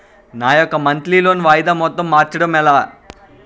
నా యెక్క monthly loan వాయిదా మొత్తం మార్చడం ఎలా?